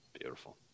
Beautiful